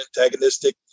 antagonistic